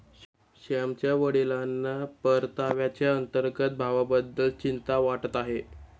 श्यामच्या वडिलांना परताव्याच्या अंतर्गत भावाबद्दल चिंता वाटत आहे